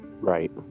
right